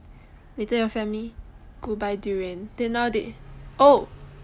later your family go buy durian then now they oh